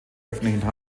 öffentlichen